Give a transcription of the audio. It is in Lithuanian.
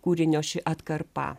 kūrinio ši atkarpa